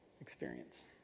experience